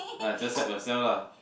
ah just help yourself lah